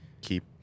keep